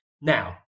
Now